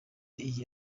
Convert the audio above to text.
iyi